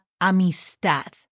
amistad